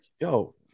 Yo